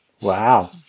Wow